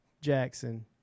Jackson